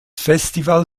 festival